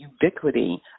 ubiquity